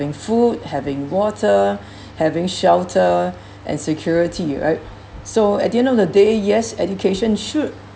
having food having water having shelter and security right so at the end of the day yes education should